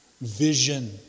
vision